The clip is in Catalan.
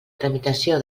tramitació